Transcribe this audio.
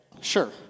sure